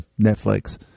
Netflix